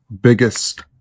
biggest